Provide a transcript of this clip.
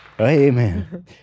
Amen